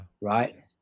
Right